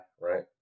right